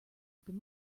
open